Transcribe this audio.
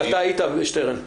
אתה היית, שטרן.